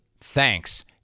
Thanks